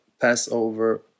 Passover